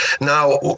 now